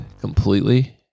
completely